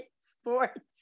sports